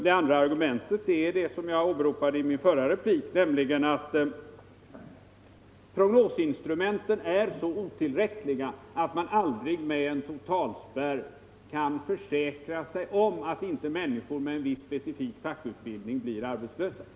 Det andra argumentet är det jag åberopade i min förra replik, nämligen att prognosinstrumenten är så otillräckliga att man med en totalspärr aldrig kan försäkra sig om att inte människor med en viss specifik fackutbildning blir utan arbete.